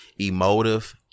emotive